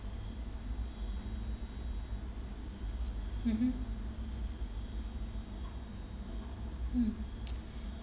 mmhmm mm